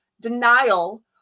denial